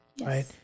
right